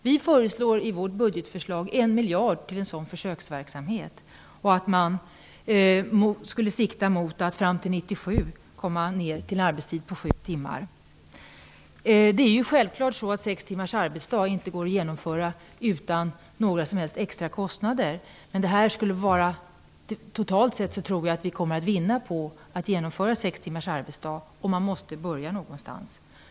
Vi föreslår i vårt budgetförslag 1 miljard till en sådan försöksverksamhet och att man skulle sikta mot att fram till år 1997 komma ned till en arbetstid på sju timmar om dagen. Självklart kan sex timmars arbetsdag inte genomföras utan några som helst extra kostnader. Totalt sett tror jag dock att vi kommer att vinna på att genomföra sex timmars arbetsdag, och man måste börja någonstans.